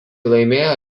laimėjo